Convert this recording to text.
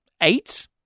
eight